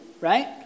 right